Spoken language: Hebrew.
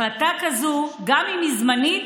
החלטה כזאת, גם אם היא זמנית,